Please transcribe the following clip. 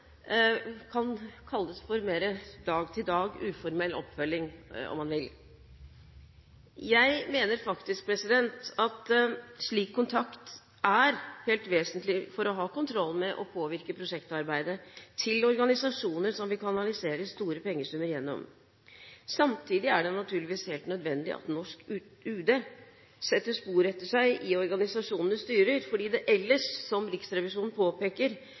kan kalles mer dag-til-dag uformell oppfølging, om man vil. Jeg mener faktisk at slik kontakt er helt vesentlig for å ha kontroll med, og påvirke, prosjektarbeidet til organisasjoner som vi kanaliserer store pengesummer gjennom. Samtidig er det naturligvis helt nødvendig at norsk UD setter spor etter seg i organisasjonenes styrer, fordi det ellers – som Riksrevisjonen påpeker